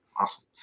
Awesome